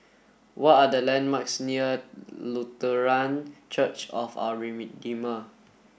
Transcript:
what are the landmarks near Lutheran Church of Our